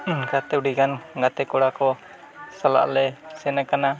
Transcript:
ᱚᱱᱠᱟᱛᱮ ᱟᱹᱰᱤᱜᱟᱱ ᱜᱟᱛᱮ ᱠᱚᱲᱟ ᱠᱚ ᱥᱟᱞᱟᱜ ᱞᱮ ᱥᱮᱱ ᱠᱟᱱᱟ